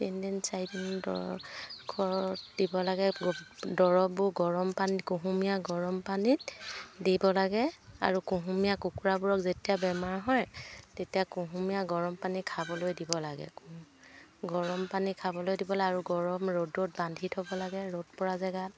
তিনদিন চাৰিদিন দ ঘৰত দিব লাগে দৰৱবোৰ গৰম পানীত কুহুমীয়া গৰম পানীত দিব লাগে আৰু কুহুমীয়া কুকুৰাবোৰক যেতিয়া বেমাৰ হয় তেতিয়া কুহুমীয়া গৰম পানী খাবলৈ দিব লাগে গৰম পানী খাবলৈ দিব লাগে আৰু গৰম ৰ'দত বান্ধি থ'ব লাগে ৰ'দ পৰা জেগাত